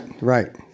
right